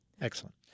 Excellent